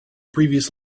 previous